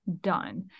done